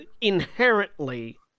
Inherently